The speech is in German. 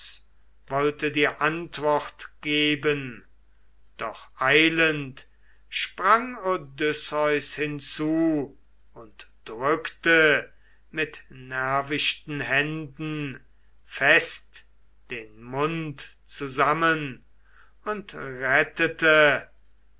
wollte dir antwort geben doch eilend sprang odysseus hinzu und drückte mit nervichten händen fest den mund zusammen und rettete